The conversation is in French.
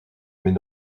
mais